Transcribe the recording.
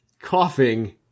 Coughing